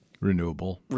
renewable